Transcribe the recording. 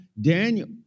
Daniel